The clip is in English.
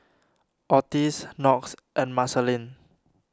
Otis Knox and Marceline